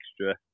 extra